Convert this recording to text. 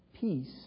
Peace